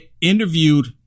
interviewed